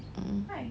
mm mm